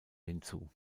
hinzu